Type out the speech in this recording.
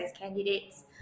candidates